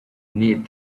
need